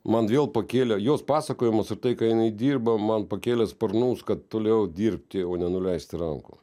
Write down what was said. man vėl pakėlė jos pasakojimus ir tai ką jinai dirba man pakėlė sparnus kad toliau dirbti nenuleisti rankų